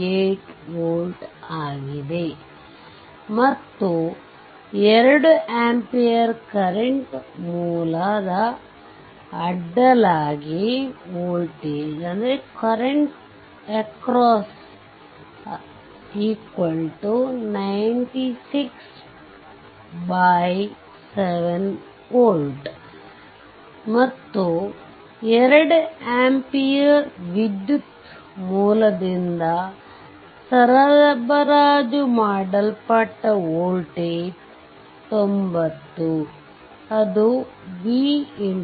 428watt ಮತ್ತು 2 ampere current ಮೂಲದ ಅಡ್ಡಲಾಗಿ ವೋಲ್ಟೇಜ್ 967 volt ಮತ್ತು 2 ಆಂಪಿಯರ್ ವಿದ್ಯುತ್ ಮೂಲದಿಂದ ಸರಬರಾಜು ಮಾಡಲ್ಪಟ್ಟ ವೋಲ್ಟೇಜ್ 90 ಅದು v x